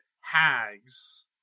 hags